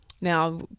Now